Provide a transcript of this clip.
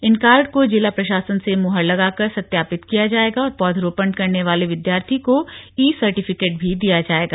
इन card को जिला प्रशासन से मुहर लगाकर सत्यापित किया जाएगा और पौधरोपण करने वाले विद्यार्थी को ई सर्टिफिकेट भी दिया जाएगा